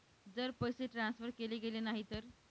जर पैसे ट्रान्सफर केले गेले नाही तर?